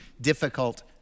difficult